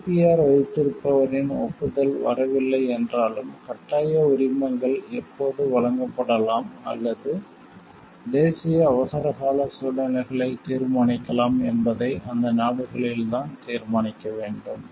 IPR வைத்திருப்பவரின் ஒப்புதல் வரவில்லையென்றாலும் கட்டாய உரிமங்கள் எப்போது வழங்கப்படலாம் அல்லது தேசிய அவசரகால சூழ்நிலைகளைத் தீர்மானிக்கலாம் என்பதை அந்த நாடுகளில்தான் தீர்மானிக்க வேண்டும்